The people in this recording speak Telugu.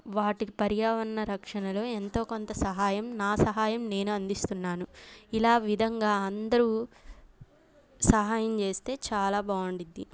వాటికి పర్యావరణ రక్షణలో ఎంతో కొంత సహాయం నా సహాయం నేను అందిస్తున్నాను ఇలా విధంగా అందరూ సహాయం చేస్తే చాలా బాగుంటుంది